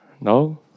No